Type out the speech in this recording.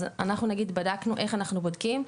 אנחנו בדקנו איך אנחנו בודקים.